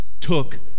took